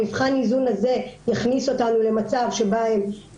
מבחן האיזון הזה הכניס אותנו למצב שבמרבית